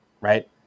Right